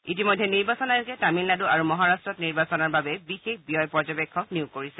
ইতিমধ্যে নিৰ্বাচন আয়োগে তামিলনাডু আৰু মহাৰাষ্ট্ৰত নিৰ্বাচনৰ বাবে বিশেষ ব্যয় পৰ্যবেক্ষক মনোনীত কৰিছে